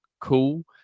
cool